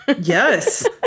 Yes